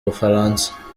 bufaransa